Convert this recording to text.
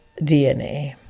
DNA